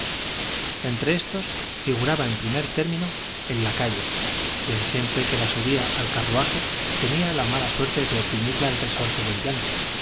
entre éstos figuraba en primer término el lacayo quien siempre que la subía al carruaje tenia la mala suerte de oprimirla el resorte del llanto